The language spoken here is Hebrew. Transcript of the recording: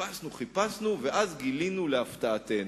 חיפשנו חיפשנו, ואז גילינו, להפתעתנו,